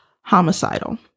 homicidal